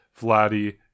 Vladdy